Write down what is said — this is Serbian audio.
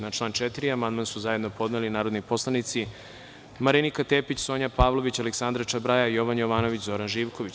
Na član 4. amandman sa ispravkom zajedno su podneli narodni poslanici Marinika Tepić, Sonja Pavlović, Aleksandra Čabraja, Jovan Jovanović i Zoran Živković.